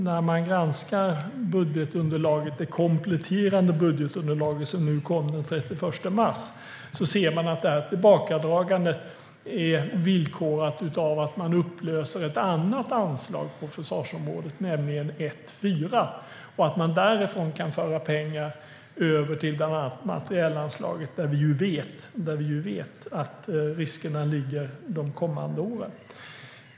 När man granskar det kompletterande budgetunderlag som kom den 31 mars ser man att tillbakadragandet är villkorat av att ett annat anslag på försvarsområdet, nämligen 1:4, upplöses och att pengar därifrån kan föras över till bland annat materielanslaget, där vi ju vet att riskerna ligger de kommande åren.